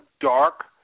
dark